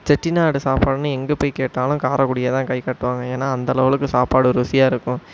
செட்டிநாடு சாப்பாடுன்னு எங்கே போய் கேட்டாலும் காரைக்குடியதான் கை காட்டுவாங்க ஏன்னா அந்த லெவலுக்கு சாப்பாடு ருசியாக இருக்கும்